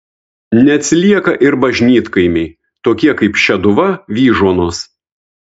neatsilieka ir bažnytkaimiai tokie kaip šeduva vyžuonos